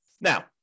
Now